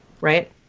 Right